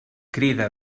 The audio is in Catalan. crida